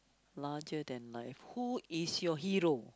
larger than life who is your hero